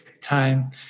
time